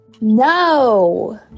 No